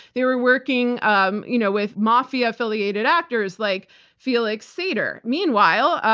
they were working um you know with mafia-affiliated actors like felix sater. meanwhile,